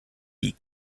die